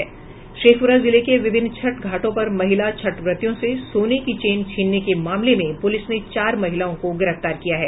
शेखप्रा जिले के विभिन्न छठ घाटों पर महिला छठव्रतियों से सोने का चेन छीनने के मामले में पुलिस ने चार महिलाओं को गिरफ्तार किया है